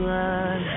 run